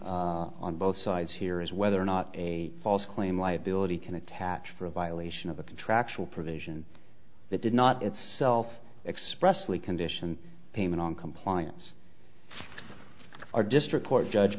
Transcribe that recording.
on both sides here is whether or not a false claim liability can attach for a violation of a contractual provision that did not itself expressly condition payment on compliance our district court judge